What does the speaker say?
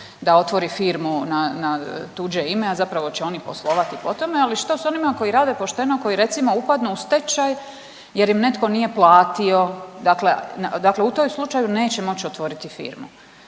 da otvori firmu na, na tuđe ime, a zapravo će oni poslovati po tome, ali što s onima koji rade pošteno koji recimo upadnu u stečaj jer im netko nije platio. Dakle, dakle u toj slučaju neće moći otvoriti firmu.